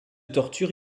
torture